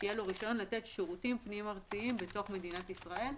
שיהיה לו רישיון לתת שירותים פנים ארציים בתוך מדינת ישראל.